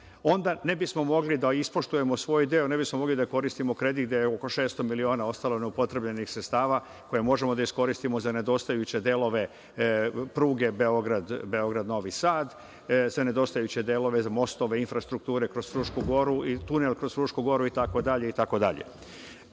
onda ne bismo mogli da ispoštujemo svoj deo, ne bismo mogli da koristimo kredit gde je oko 600 miliona ostalo neupotrebljenih sredstava koje možemo da iskoristimo za nedostajuće delove pruge Beograd-Novi Sad, za nedostajuće delove mostove, infrastrukture kroz Frušku Goru i tunel kroz Frušku Goru, itd. To